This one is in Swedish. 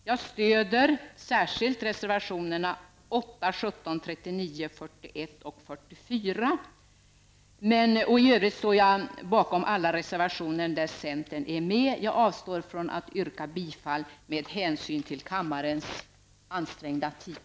Jag stöder särskilt reservationerna 8, 17, 39, 41 och 44. I övrigt står jag bakom alla reservationer där centern är med. Jag avstår dock från att yrka bifall till dessa med hänsyn till kammarens ansträngda tid.